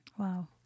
Wow